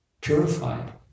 purified